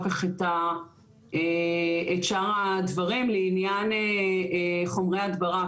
כך את שאר הדברים לעניין חומרי הדברה.